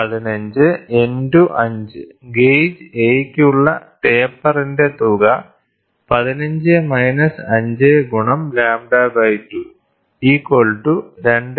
n1 15 n2 5 gauge A യ്ക്കുള്ള ടേപ്പറിന്റെ തുക 15 - 5 × λ2 2